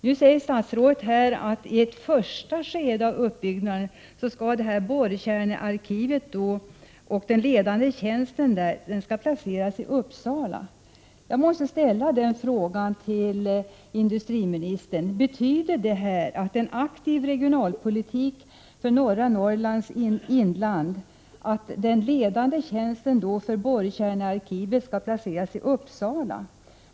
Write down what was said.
Nu säger statsrådet att i ett första skede av uppbyggnaden skall borrkärnearkivet och den ledande tjänsten placeras i Uppsala. Jag måste fråga industriministern: Innebär en aktiv regionalpolitik för norra Norrlands inland att den ledande tjänsten inom borrkärnearkivet skall placeras i Uppsala?